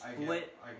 split